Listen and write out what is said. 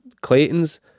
Clayton's